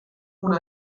una